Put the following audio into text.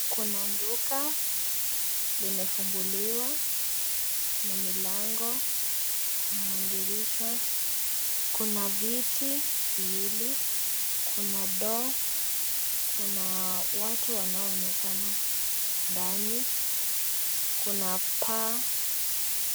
Kuna duka limefunguliwa. Kuna milango, kuna madirisha, kuna viti viwili, kuna ndoo ,kuna watu wanaoonekana ndani, kuna paa.